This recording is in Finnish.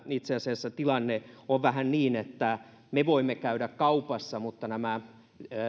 itse asiassa tilanne on vähän niin että me voimme käydä kaupassa mutta nämä